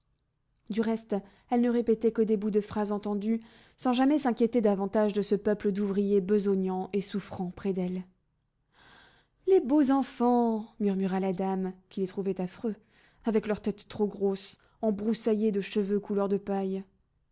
du reste elle ne répétait que des bouts de phrase entendus sans jamais s'inquiéter davantage de ce peuple d'ouvriers besognant et souffrant près d'elle les beaux enfants murmura la dame qui les trouvait affreux avec leurs têtes trop grosses embroussaillées de cheveux couleur de paille